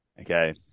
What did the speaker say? Okay